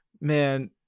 man